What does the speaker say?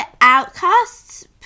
outcasts